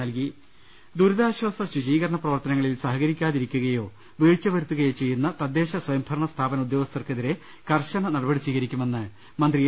്്്്്്് ദുരിതാശ്വാസ ശുചീകരണ പ്രവർത്തനങ്ങളിൽ സഹകരിക്കാതിരിക്കു കയോ വീഴ്ച വരുത്തുകയോ ചെയ്യുന്ന തദ്ദേശ സ്വയംഭരണ സ്ഥാപന ഉദ്യോഗ സ്ഥന്മാർക്കെതിരെ കർശന നടപടി സ്വീകരിക്കുമെന്ന് മന്ത്രി എ